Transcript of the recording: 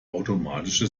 automatische